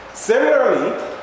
Similarly